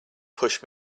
push